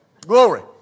Glory